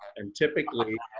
and typically